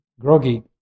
groggy